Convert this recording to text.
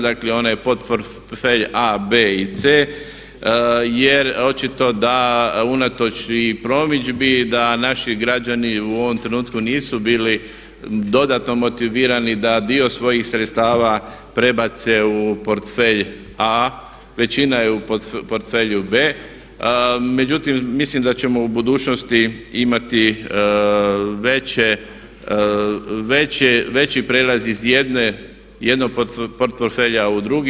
Dakle, onaj portfelj A, B i C. Jer očito da unatoč i promidžbi da naši građani u ovom trenutku nisu bili dodatno motivirani da dio svojih sredstava prebace u portfelj A, većina je u portfelju B. Međutim, mislim da ćemo u budućnosti imati veći prijelaz iz jednog portfelja u drugi.